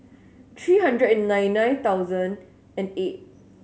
three hundred and ninety nine thousand and eight